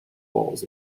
walls